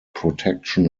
protection